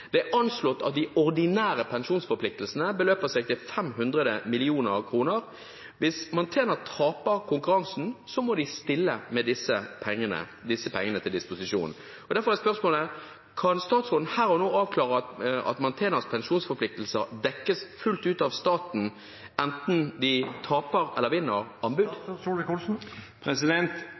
Det er anslått at de ordinære pensjonsforpliktelsene beløper seg til 500 mill. kr. Hvis Mantena taper konkurransen, må de stille disse pengene til disposisjon. Derfor er spørsmålet: Kan statsråden her og nå avklare at Mantenas pensjonsforpliktelser dekkes fullt ut av staten, enten de taper eller vinner